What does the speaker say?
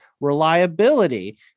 reliability